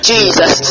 Jesus